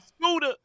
Scooter